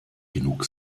genug